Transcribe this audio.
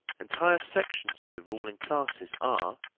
entire sections of the ruling classes are,